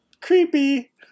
creepy